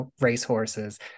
racehorses